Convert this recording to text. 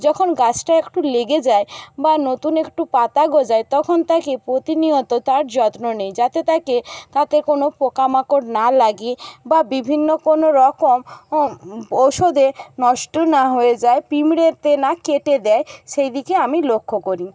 যখন গাছটা একটু লেগে যায় বা নতুন একটু পাতা গজায় তখন তাকে প্রতিনিয়ত তার যত্ন নিই যাতে তাকে তাতে কোনও পোকামাকড় না লাগে বা বিভিন্ন কোনও রকম ঔষধে নষ্ট না হয়ে যায় পিঁমড়েতে না কেটে দেয় সেই দিকে আমি লক্ষ্য করি